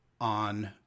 on